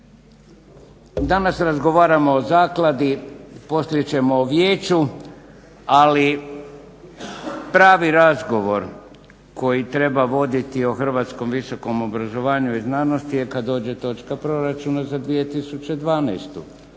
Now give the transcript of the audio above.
danas razgovaramo o zakladi, poslije ćemo o vijeću, ali pravi razgovor koji treba voditi o hrvatskom visokom obrazovanju i znanost je kad dođe točka proračuna za 2012.,